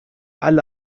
alle